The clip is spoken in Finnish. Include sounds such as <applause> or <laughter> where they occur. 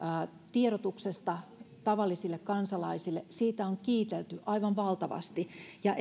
tiedotuksesta tavallisille kansalaisille on kiitelty aivan valtavasti ja <unintelligible>